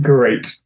Great